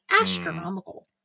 astronomical